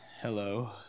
Hello